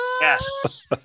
yes